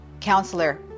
counselor